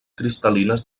cristal·lines